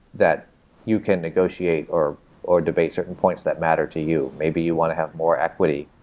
that you can negotiate or or debate certain points that matter to you. maybe you want to have more equity,